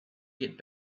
get